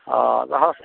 हाँ समस